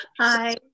Hi